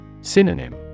Synonym